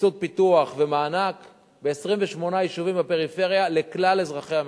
סבסוד פיתוח ומענק ב-28 יישובים בפריפריה לכלל אזרחי המדינה.